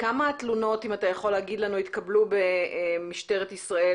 כמה תלונות התקבלו במשטרת ישראל